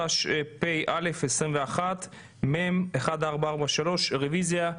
התשפ"א-2021 (מ/1443) רביזיה.